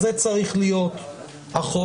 אז זה צריך להיות החוק.